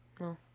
No